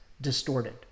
distorted